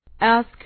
Ask